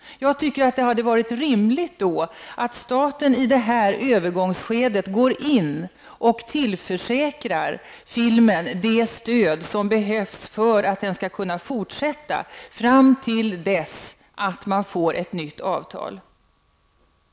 Jag tycker att det hade varit rimligt att staten i ett övergångsskede hade gått in och tillförsäkrat filmindustrin det stöd som behövs för att den skall kunna fortsätta fram tills man har fått ett nytt avtal.